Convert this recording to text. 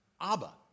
Abba